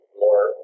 more